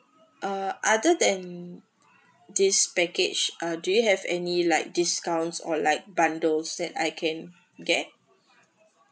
uh other than this package uh do you have any like discounts or like bundles that I can get